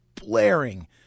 blaring